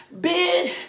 bid